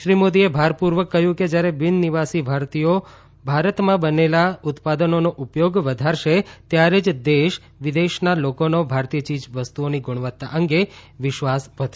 શ્રી મોદીએ ભારપુર્વક કહ્યું કે જયારે બિન નિવાસીઓ ભારતમાં બનેલા ઉત્પાદનોનો ઉપયોગ વધારશે ત્યારે જ દેશ વિદેશના લોકોનો ભારતીય યીજવસ્તુઓની ગુણવત્તા અંગે વિશ્વાસ વધશે